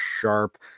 sharp